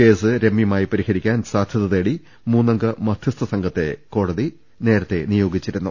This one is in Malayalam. കേസ് രമ്യമായി പരിഹരിക്കാൻ സാധ്യത തേടി മൂന്നംഗ മധ്യസ്ഥ സംഘത്തെ കോടതി നേരത്തെ നിയോഗിച്ചിരുന്നു